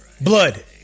blood